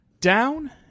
Down